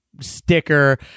sticker